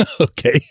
Okay